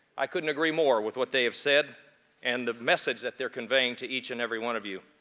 i couldn't agree more with what they have said and the message that they're conveying to each and every one of you.